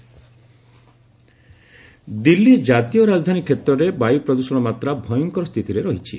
Delhi pollution Delhi ଜାତୀୟ ରାଜଧାନୀ କ୍ଷେତ୍ରରେ ବାୟୁ ପ୍ରଦୂଷଣ ମାତ୍ରା ଭୟଙ୍କର ସ୍ଥିତିରେ ରହିଛି